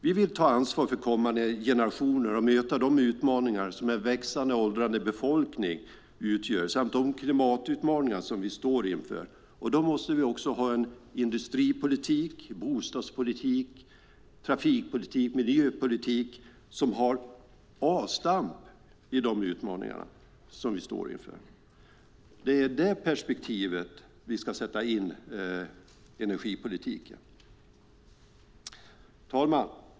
Vi vill ta ansvar för kommande generationer och möta de utmaningar som en växande, åldrande befolkning utgör samt de klimatutmaningar vi står inför. Då måste vi också ha en industripolitik, bostadspolitik, trafikpolitik och miljöpolitik som tar avstamp i de utmaningar som vi står inför. Det är i det perspektivet som vi ska sätta in energipolitiken. Herr talman!